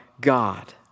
God